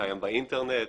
קיים באינטרנט.